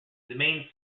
main